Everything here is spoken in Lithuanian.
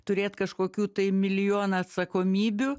turėt kažkokių tai milijoną atsakomybių